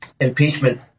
impeachment